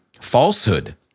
falsehood